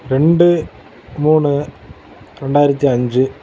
ரெண்டு மூணு ரெண்டாயிரத்து அஞ்சு